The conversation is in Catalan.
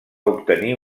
obtenir